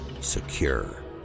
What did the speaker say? Secure